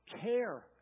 care